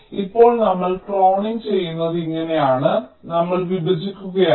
ഇപ്പോൾ നമ്മൾ ക്ലോണിംഗ് ചെയ്യുന്നത് ഇങ്ങനെയാണ് നമ്മൾ വിഭജിക്കുകയാണ്